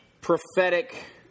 prophetic